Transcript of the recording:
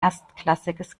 erstklassiges